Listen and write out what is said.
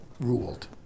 ruled